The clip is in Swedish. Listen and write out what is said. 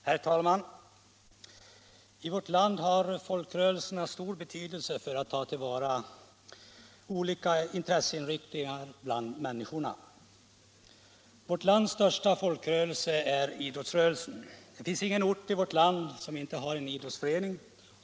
Herr talman! I vårt land har folkrörelserna stor betydelse för att ta till vara olika intresseinriktningar bland människorna. Vårt lands största folkrörelse är idrottsrörelsen. Det finns ingen ort i vårt land som inte har en idrottsförening.